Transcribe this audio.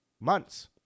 months